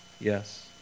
Yes